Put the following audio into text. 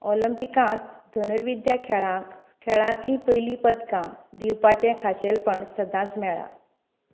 ऑलिंपिकांत धनुर्विद्या खेळांक खेळांतलीं पयली पदकां दिवपाचें खाशेलपण सदांच मेळ्ळां